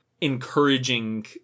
encouraging